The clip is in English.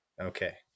Okay